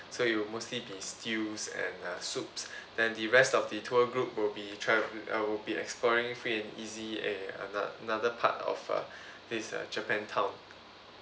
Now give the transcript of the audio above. so it will mostly be stews and uh soups then the rest of the tour group will be tra~ uh will be exploring free and easy at ano~ another part of uh this uh japan town